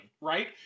right